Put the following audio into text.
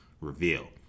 reveal